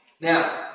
Now